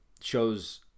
shows